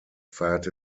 feierte